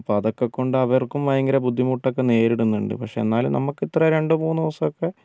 അപ്പോൾ അതൊക്കെ കൊണ്ടവർക്കും ഭയങ്കര ബുദ്ധിമുട്ടൊക്കെ നേരിടുന്നുണ്ട് പക്ഷെ എന്നാലും നമുക്കിത്ര രണ്ട് മൂന്നോ ദിവസമൊക്കെ